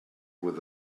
with